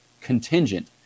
contingent